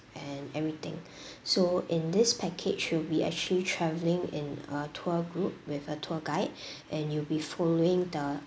and everything so in this package will be actually travelling in a tour group with a tour guide and you'll be following the